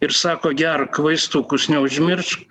ir sako gerk vaistukus neužmiršk